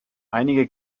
einige